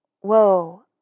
Whoa